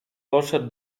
poszedł